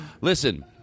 Listen